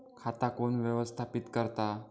खाता कोण व्यवस्थापित करता?